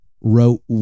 wrote